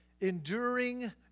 enduring